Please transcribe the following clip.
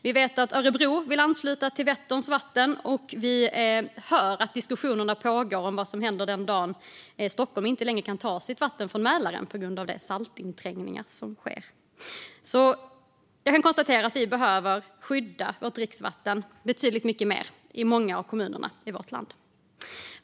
Vi vet att Örebro vill ansluta till Vätterns vatten, och vi hör att det pågår diskussioner om vad som händer den dag Stockholm inte längre kan ta sitt vatten från Mälaren på grund av de saltinträngningar som sker. Jag kan konstatera att vi behöver skydda vårt dricksvatten betydligt mycket mer i många av kommunerna i vårt land.